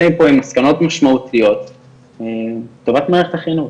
מפה עם מסקנות משמעותיות לטובת מערכת החינוך.